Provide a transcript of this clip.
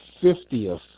fiftieth